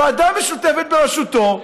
ועדה משותפת בראשותו,